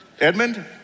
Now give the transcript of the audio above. Edmund